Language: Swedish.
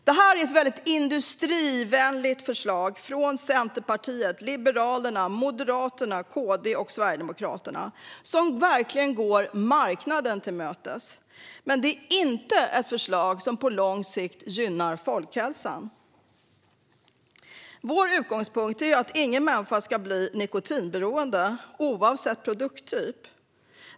Detta är ett industrivänligt förslag från Centerpartiet, Liberalerna, Moderaterna, Kristdemokraterna och Sverigedemokraterna som verkligen går marknaden till mötes. Men det är inte ett förslag som på lång sikt gynnar folkhälsan. Vår utgångspunkt är att ingen människa ska bli nikotinberoende, oavsett produkttyp.